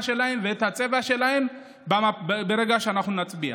שלהם ואת הצבע שלהם ברגע שאנחנו נצביע.